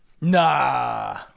Nah